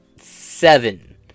seven